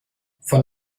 von